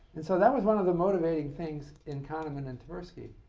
and so that was one of the motivating things in kahneman and tversky.